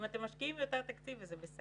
אם אתם משקיעים יותר תקציב, וזה בסדר,